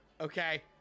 Okay